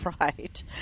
right